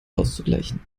auszugleichen